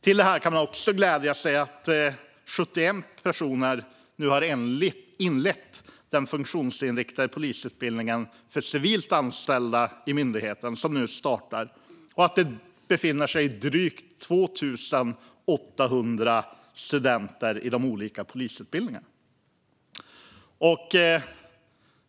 Till detta kan man också glädja sig åt att 71 personer nu har inlett den funktionsinriktade polisutbildning för civilt anställda i myndigheten som nu startar och att drygt 2 800 studenter befinner sig i de olika polisutbildningarna.